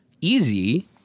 easy